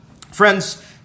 Friends